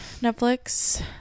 netflix